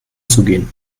zugehen